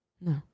No